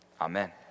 Amen